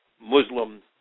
Muslim